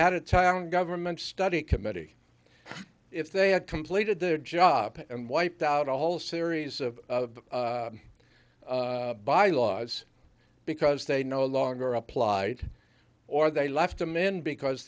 had a town government study committee if they had completed their job and wiped out a whole series of bylaws because they no longer applied or they left them in because